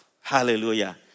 Hallelujah